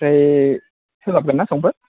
ओमफ्राय सोलाबगोनना समफोर